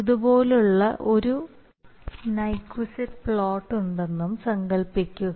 ഇതുപോലുള്ള ഒരു Nyquist plot ഉണ്ടെന്നും സങ്കൽപ്പിക്കുക